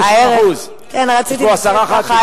90%. יש פה עשרה ח"כים.